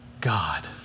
God